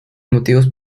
motivos